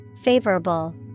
Favorable